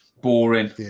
Boring